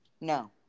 No